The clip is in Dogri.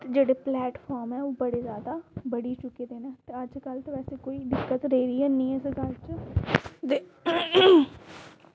जेह्ड़े प्लेटफॉर्म बड़े जादै दिक्कत ही अजकल्ल ते ओह् दिक्कत रेही गै नेईं दे